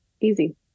easy